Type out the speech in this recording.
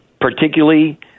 particularly